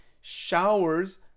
showers